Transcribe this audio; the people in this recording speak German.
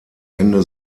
ende